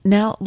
Now